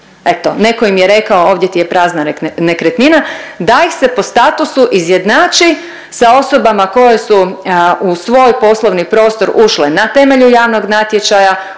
netko im je rekao ovdje ti je prazna nekretnina, da ih se po statusu izjednači sa osobama koje su u svoj poslovni prostor ušle na temelju javnog natječaja,